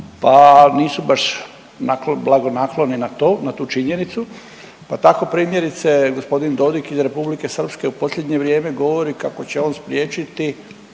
pa nisu baš onako blagonakloni na to, na tu činjenicu pa tako primjerice, g. Dodik iz RH u posljednje vrijeme govori kako će on spriječiti